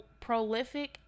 prolific